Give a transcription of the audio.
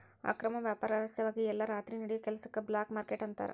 ಅಕ್ರಮ ವ್ಯಾಪಾರ ರಹಸ್ಯವಾಗಿ ಎಲ್ಲಾ ರಾತ್ರಿ ನಡಿಯೋ ಕೆಲಸಕ್ಕ ಬ್ಲ್ಯಾಕ್ ಮಾರ್ಕೇಟ್ ಅಂತಾರ